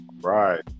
right